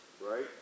right